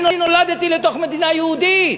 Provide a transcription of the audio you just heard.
אני נולדתי לתוך מדינה יהודית.